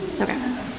Okay